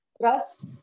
trust